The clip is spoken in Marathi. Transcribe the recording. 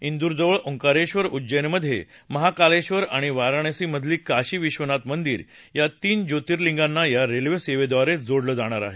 इंदूरजवळ ओंकारेबर उज्जैनमध्ये महाकालेबर आणि वाराणसीमधलं काशी विक्षनाथ मंदीर या तीन ज्योतिर्लिंगांना या रेल्वे सेवेद्वारे जोडले जाणार आहे